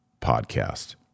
podcast